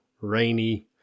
rainy